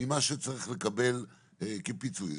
ממה שצריך לקבל כפיצוי.